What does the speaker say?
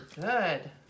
good